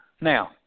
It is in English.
Now